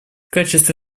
качестве